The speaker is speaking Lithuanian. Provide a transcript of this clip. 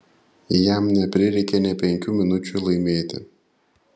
jam neprireikė nė penkių minučių laimėti